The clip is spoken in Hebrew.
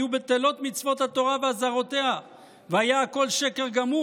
יהיו בטלות מצוות התורה ואזהרותיה והיה הכול שקר גמור,